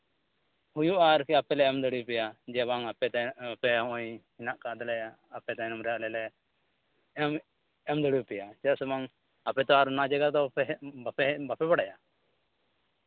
ᱦᱩᱭᱩᱜᱼᱟ ᱟᱨᱠᱤ ᱟᱯᱮ ᱞᱮ ᱮᱢ ᱫᱟᱲᱮᱭᱟᱯᱮᱭᱟ ᱡᱮ ᱵᱟᱝ ᱟᱯᱮ ᱛᱮ ᱟᱯᱮ ᱦᱚᱸᱜᱼᱚᱭ ᱦᱮᱱᱟᱜ ᱠᱟᱫ ᱛᱟᱞᱮᱭᱟ ᱟᱯᱮ ᱛᱟᱭᱱᱚᱢ ᱨᱮ ᱟᱞᱮ ᱞᱮ ᱮᱢ ᱮᱢ ᱫᱟᱲᱮᱭᱟᱯᱮᱭᱟ ᱪᱮᱫᱟᱜ ᱥᱮ ᱵᱟᱝ ᱟᱯᱮ ᱛᱚ ᱟᱨ ᱚᱱᱟ ᱡᱟᱭᱜᱟ ᱨᱮᱫᱚ ᱵᱟᱯᱮ ᱦᱮᱡ ᱵᱟᱯᱮ ᱵᱟᱲᱟᱭᱟ